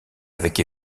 avec